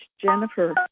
Jennifer